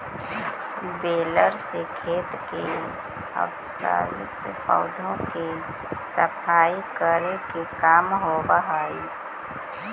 baler से खेत के अवशिष्ट पौधा के सफाई करे के काम होवऽ हई